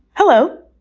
hello.